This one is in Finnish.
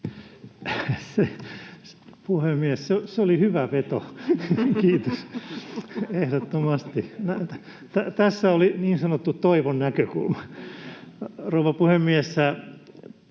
Kyllä! — Naurua] Kiitos. Ehdottomasti. Tässä oli niin sanottu toivon näkökulma. Rouva puhemies!